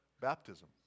baptism